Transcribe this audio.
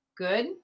Good